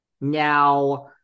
Now